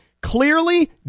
clearly